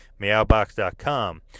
Meowbox.com